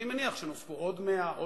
אני מניח שנוספו עוד 100,000,